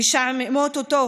משעממות אותו,